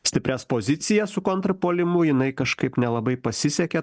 stiprias pozicijas su kontrpuolimu jinai kažkaip nelabai pasisekė